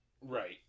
Right